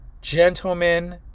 Gentlemen